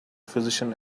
physician